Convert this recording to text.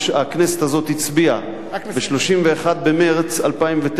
הכנסת הזאת הצביעה ב-31 במרס 2009,